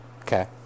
okay